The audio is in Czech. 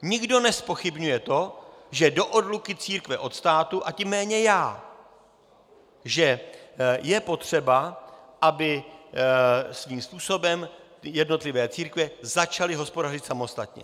Nikdo nezpochybňuje to, že do odluky církve od státu a tím méně já je potřeba, aby svým způsobem jednotlivé církve začaly hospodařit samostatně.